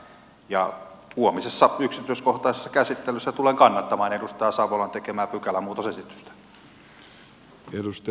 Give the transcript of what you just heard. ja huomisessa yksityiskohtaisessa käsittelyssä tulen kannattamaan edustaja savolan tekemää pykälämuutosesitystä